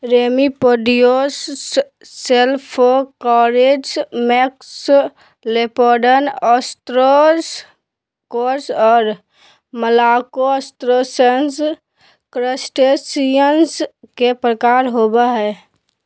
remipedes, cephalocarids, maxillopods, ostracods, और malacostracans, crustaceans के प्रकार होव हइ